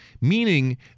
Meaning